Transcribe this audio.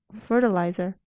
Fertilizer